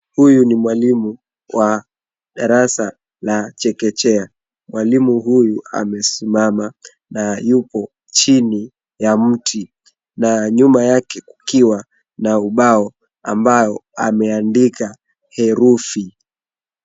Huyu ni mwalimu wa darasa la chekechea, mwalimu huyu amesimama na yupo chini ya mti, na nyuma yake kukiwa na ubao ambao ameandika herufi.